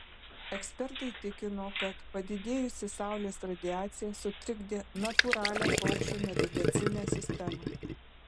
ekspertai tikino kad padidėjusi saulės radiacija sutrikdė natūralią paukščių navigacinę sistemą